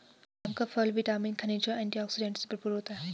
आम का फल विटामिन, खनिज और एंटीऑक्सीडेंट से भरपूर होता है